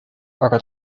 aga